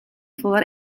vor